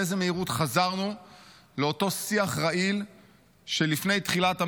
באיזו מהירות חזרנו לאותו שיח רעיל שלפני תחילת המלחמה.